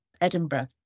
Edinburgh